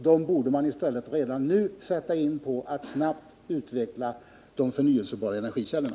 Dessa borde man i stället redan nu sätta in på att snabbt utveckla de förnyelsebara energikällorna.